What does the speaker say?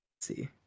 see